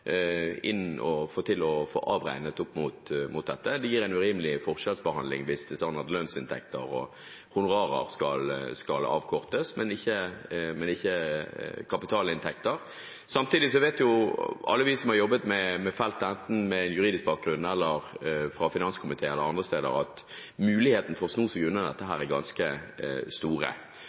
inn kapitalinntekter og få det avregnet opp mot dette. Det gir en urimelig forskjellsbehandling hvis det er sånn at lønnsinntekter og honorarer skal avkortes, men ikke kapitalinntekter. Samtidig vet alle vi som har jobbet med feltet, enten med juridisk bakgrunn eller fra finanskomiteen eller andre steder, at mulighetene for å sno seg unna dette er ganske store.